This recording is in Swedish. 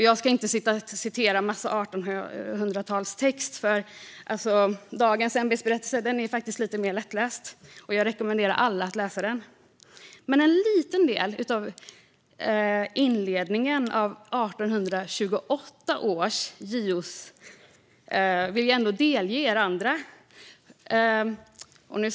Jag ska inte citera en massa 1800-talstext - dagens ämbetsberättelse är lite mer lättläst, och jag rekommenderar alla att läsa den - men en liten del av 1828 års inledning till JO:s ämbetsberättelse vill jag delge er andra.